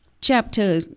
chapter